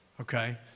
Okay